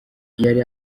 yari